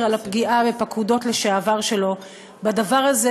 על הפגיעה בפקודות לשעבר שלו בדבר הזה,